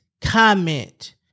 comment